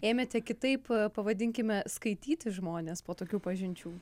ėmėte kitaip pavadinkime skaityti žmones po tokių pažinčių